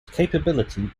capability